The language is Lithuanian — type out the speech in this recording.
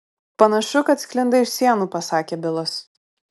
panašu kad sklinda iš sienų pasakė bilas